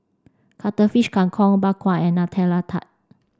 Cuttlefish Kang Kong Bak Kwa and Nutella Tart